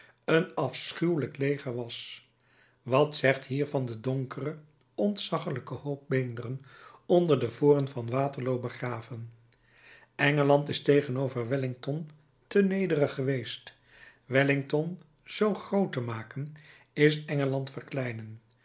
een afschuwelijk leger was wat zegt hiervan de donkere ontzaggelijke hoop beenderen onder de voren van waterloo begraven engeland is tegenover wellington te nederig geweest wellington zoo groot te maken is engeland verkleinen